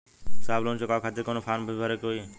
साहब लोन चुकावे खातिर कवनो फार्म भी भरे के होइ?